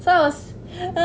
so (uh huh)